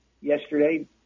yesterday